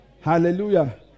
Hallelujah